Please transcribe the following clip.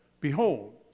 Behold